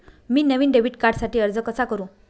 मी नवीन डेबिट कार्डसाठी अर्ज कसा करु?